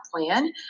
plan